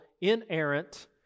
inerrant